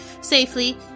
safely